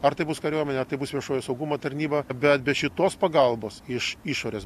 ar tai bus kariuomenė ar tai bus viešojo saugumo tarnyba bet be šitos pagalbos iš išorės